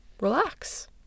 relax